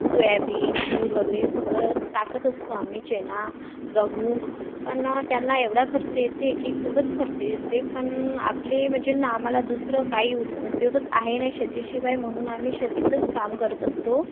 soybean तूर वगैरे सगळं टाकत असतो आम्ही चणा गहू पण त्यांला एवढा खर्च येते की खूपच खर्च येते पण आपले म्हणजेन आम्हाला दुसरं काही उद उद्योगच आहे नाही शेतीशिवाय म्हणून आम्ही शेतीतलंच काम करत असतो